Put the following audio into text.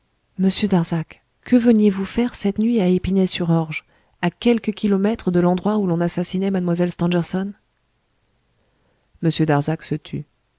darzac que veniez-vous faire cette nuit à épinay sur orge à quelques kilomètres de l'endroit où l'on assassinait mlle stangerson m darzac se tut